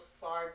far